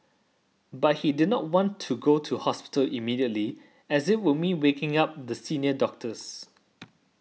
but he did not want to go to hospital immediately as it would mean waking up the senior doctors